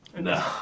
No